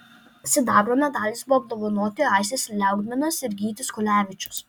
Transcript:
sidabro medaliais buvo apdovanoti aistis liaugminas ir gytis kulevičius